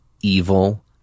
evil